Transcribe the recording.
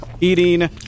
eating